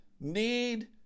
need